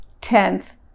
Tenth